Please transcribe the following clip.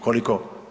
Koliko?